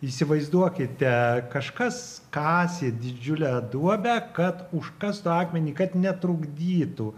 įsivaizduokite kažkas kasė didžiulę duobę kad užkastų akmenį kad netrukdytų